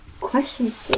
questions